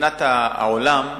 מבחינת העולם,